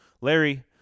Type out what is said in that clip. Larry